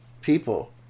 people